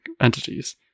entities